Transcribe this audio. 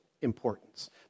importance